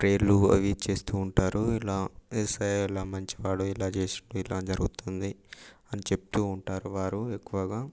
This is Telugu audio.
ప్రేయర్లు అవి చేస్తూ ఉంటారు ఇలా యేసయ్య ఇలా మంచివాడు ఇలా చేస్తూ ఇలా జరుగుతుంది అని చెప్తూ ఉంటారు వారు ఎక్కువగా